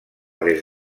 des